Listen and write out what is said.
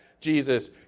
Jesus